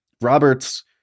roberts